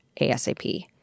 ASAP